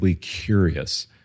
curious